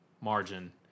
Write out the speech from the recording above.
margin